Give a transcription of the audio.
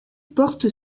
porte